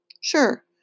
Sure